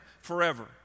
forever